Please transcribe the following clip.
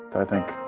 i think,